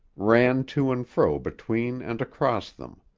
ran to and fro between and across them.